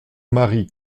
marie